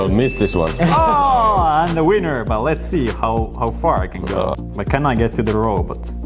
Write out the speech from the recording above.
ah miss this one! ah and the winner! but let's see how how far i can go like can i get to the robot?